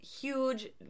huge